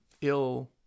ill